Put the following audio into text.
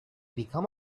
become